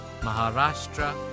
Maharashtra